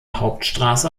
hauptstrasse